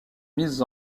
mises